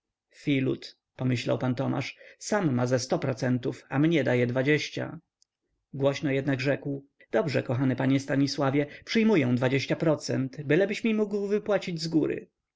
filut pomyślał pan tomasz sam ma ze sto procentów a mnie daje dwadzieścia głośno jednak rzekł dobrze kochany panie stanisławie przyjmuję dwadzieścia procent bylebyś mi mógł wypłacić zgóry